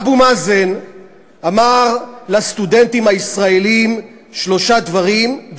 אבו מאזן אמר לסטודנטים הישראלים שלושה דברים,